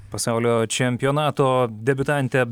pasaulio čempionato debiutantė